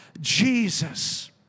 Jesus